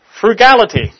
frugality